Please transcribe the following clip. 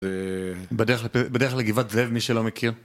ו... בדרך לגבעת זאב, מי שלא מכיר.